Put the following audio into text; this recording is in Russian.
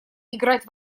играть